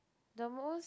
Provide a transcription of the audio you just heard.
the most